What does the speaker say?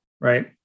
right